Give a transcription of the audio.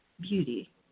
Beauty